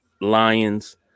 Lions